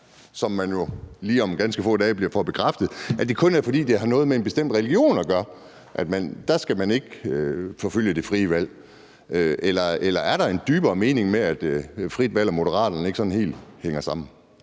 vi jo lige om ganske få dage får bekræftet – at det kun er, fordi det har noget med en bestemt religion at gøre, og at der skal man ikke forfølge det frie valg, eller er der en dybere mening med, at frit valg og Moderaterne ikke sådan helt hænger sammen?